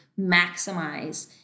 maximize